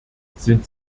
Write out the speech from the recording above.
sind